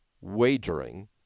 wagering